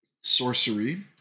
Sorcery